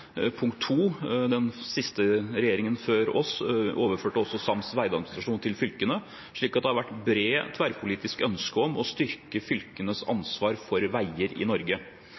punkt 2, den siste regjeringen før oss overførte også sams vegadministrasjon til fylkene. Det har altså vært et bredt tverrpolitisk ønske om å styrke fylkenes ansvar for veier i Norge.